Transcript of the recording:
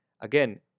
Again